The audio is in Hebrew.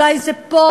אולי זה פה,